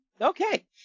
okay